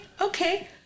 okay